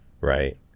right